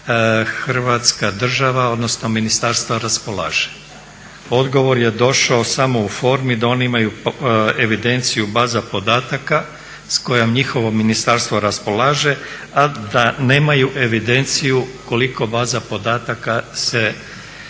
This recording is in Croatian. Hrvatska država odnosno ministarstva raspolaže. Odgovor je došao samo u formi da oni imaju evidenciju baza podataka s kojom njihovo ministarstvo raspolaže a da nemaju evidenciju koliko baza podataka se